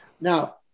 Now